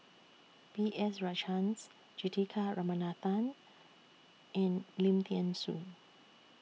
B S Rajhans Juthika Ramanathan and Lim Thean Soo